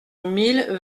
mille